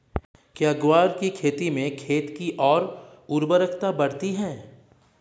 क्या ग्वार की खेती से खेत की ओर उर्वरकता बढ़ती है?